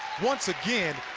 once again,